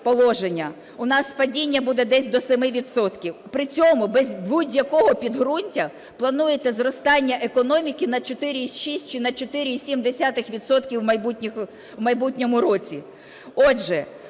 у нас падіння буде десь до 7 відсотків. При цьому без будь-якого підґрунтя плануєте зростання економіки на 4,6 чи на 4,7 відсотка у майбутньому році.